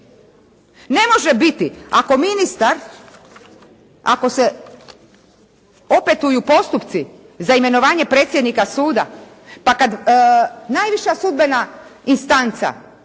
Ne može biti ako ministar, ako se opetuju postupci za imenovanje predsjednika suda, pa kada najviša sudbena instanca,